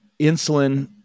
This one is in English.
insulin